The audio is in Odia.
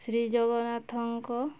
ଶ୍ରୀ ଜଗନ୍ନାଥଙ୍କ